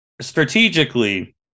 strategically